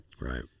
Right